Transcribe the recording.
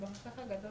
בנושא חדרי